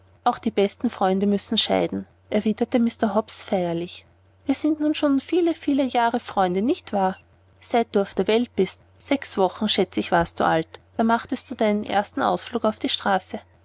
auch die besten freunde müssen scheiden erwiderte mr hobbs feierlich wir sind nun schon viele viele jahre freunde nicht wahr seit du auf der welt bist sechs wochen schätz ich warst du alt da machtest du deinen ersten ausflug auf die straße